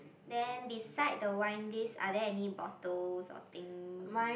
then beside the wine list are there any bottles or things